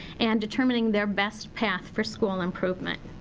and determining their best path for school improvement.